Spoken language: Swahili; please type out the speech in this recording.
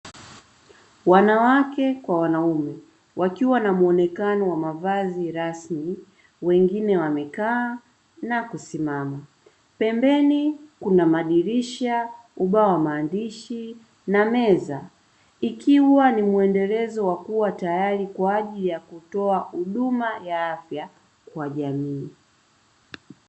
Wanawake kwa wanaume wakiwa na muonekano wa mavazi ya rasmi wengine wamekaa na kusimama, pembeni kuna madirisha, ubao wa maandishi na meza ikiwa ni muendelezo wa kuwa tayari kwa ajili ya kutoa huduma ya afya kwa jamii.